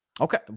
Okay